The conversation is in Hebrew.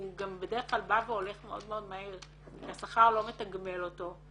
הוא גם בדרך כלל בא והולך מאוד מאוד מהר כי השכר לא מתגמל אותו.